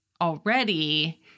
already